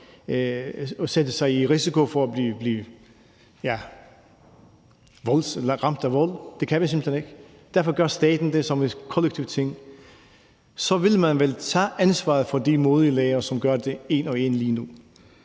ansvaret og risikere at blive ramt af vold – det kan vi simpelt hen ikke. Derfor gør staten det som en kollektiv ting. Så ville man vel tage ansvaret fra de modige lærere, som lige nu